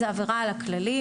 זו עבירה על הכללים,